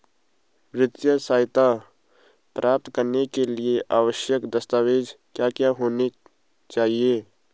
वित्तीय सहायता प्राप्त करने के लिए आवश्यक दस्तावेज क्या क्या होनी चाहिए?